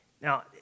Now